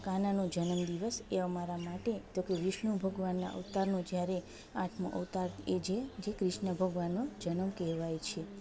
કાનાનો જનમ દિવસ એ અમારા માટે તો કે વિષ્ણુ ભગવાનના અવતારનો જ્યારે આઠમો અવતાર એ જે જે ક્રિશ્ન ભગવનનો જનમ કહેવાય છે